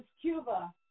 Cuba